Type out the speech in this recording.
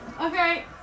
Okay